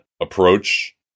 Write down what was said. approach